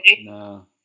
No